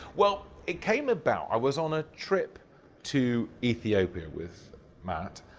well it came about i was on a trip to ethiopia with matt.